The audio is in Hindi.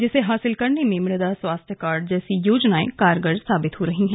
जिसे हासिल करने में मृदा स्वास्थ्य कार्ड जैसी योजनाएं कारगर साबित हो रही हैं